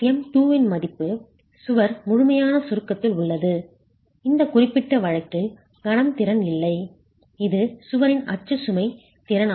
fm2 இன் மதிப்பு சுவர் முழுமையான சுருக்கத்தில் உள்ளது இந்த குறிப்பிட்ட வழக்கில் கணம் திறன் இல்லை இது சுவரின் அச்சு சுமை திறன் ஆகும்